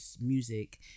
music